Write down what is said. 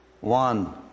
one